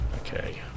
Okay